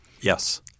Yes